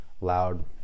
loud